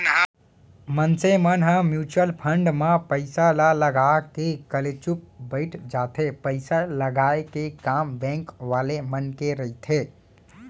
मनसे मन ह म्युचुअल फंड म पइसा ल लगा के कलेचुप बइठ जाथे पइसा लगाय के काम बेंक वाले मन के रहिथे